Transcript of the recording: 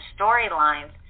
storylines